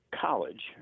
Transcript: college